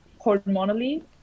hormonally